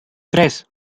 tres